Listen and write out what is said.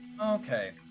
okay